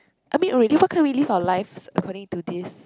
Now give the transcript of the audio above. I mean why can't we live our lives according to this